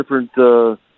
different